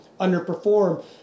underperform